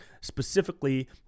specifically